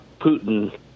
Putin